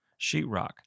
sheetrock